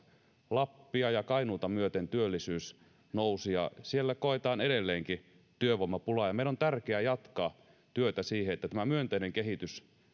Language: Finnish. lappia ja kainuuta myöten työllisyys nousi siellä koetaan edelleenkin työvoimapulaa ja meidän on tärkeää jatkaa tätä työtä niin että tämä myönteinen kehitys